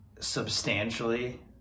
substantially